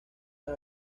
las